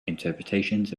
interpretations